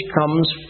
comes